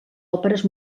òperes